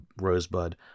Rosebud